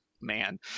man